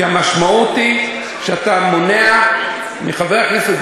כי המשמעות היא שאתה מונע מחבר הכנסת,